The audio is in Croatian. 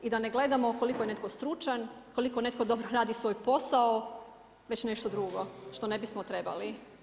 I da ne gledamo koliko je netko stručan, koliko netko dobro radi svoj posao, već nešto drugo što ne bismo trebali.